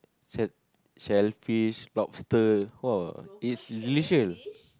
sell~ shellfish lobsters !wah! it's delicious